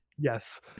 Yes